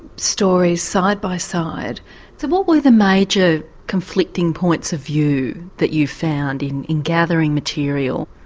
stories side by side. so what were the major conflicting points of view that you found in in gathering material?